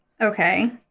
Okay